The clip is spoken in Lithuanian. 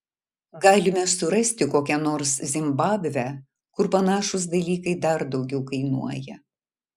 galime surasti kokią nors zimbabvę kur panašūs dalykai dar daugiau kainuoja